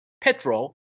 petrol